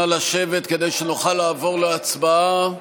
נא לשבת כדי שנוכל לעבור להצבעה.